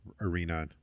arena